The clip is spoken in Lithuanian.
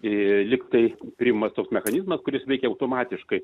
ir lyg tai priima tokį mechanizmą kuris veikia automatiškai